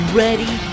ready